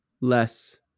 less